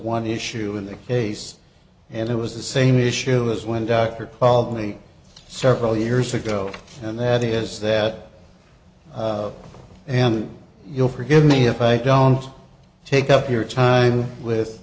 one issue in this case and it was the same issue as when dr called me several years ago and that is that and you'll forgive me if i don't take up your time with